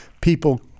people